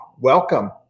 Welcome